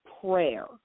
prayer